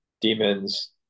demons